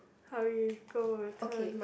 hurry go your turn